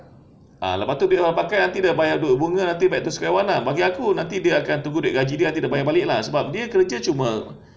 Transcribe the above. ah lepas tu dia pakai nanti dia bayar untuk bunga nanti square one ah bagi aku nanti dia akan tunggu duit gaji dia nanti dia bayar balik ah sebab dia kerja cuma